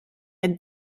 être